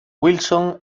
wilson